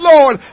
Lord